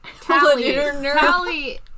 TALLY